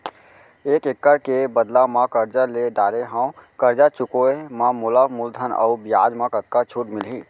एक एक्कड़ के बदला म करजा ले डारे हव, करजा चुकाए म मोला मूलधन अऊ बियाज म कतका छूट मिलही?